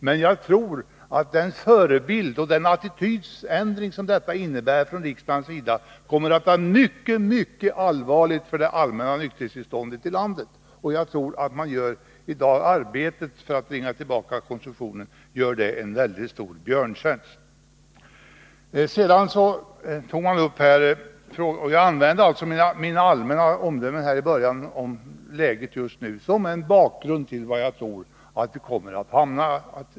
Men den attitydförändring från riksdagens sida som ett beslut i enlighet med motionärernas förslag innebär kommer att ha mycket, mycket allvarlig inverkan på det allmänna nykterhetstillståndet i landet. Därmed skulle man göra dem som arbetar med att tvinga tillbaka konsumtionen en mycket stor björntjänst. Mina allmänna omdömen om läget som jag redovisade i början av mitt anförande framförde jag för att teckna en bakgrund till var jag tror att vi kommer att hamna.